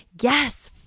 Yes